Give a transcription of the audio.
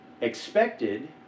expected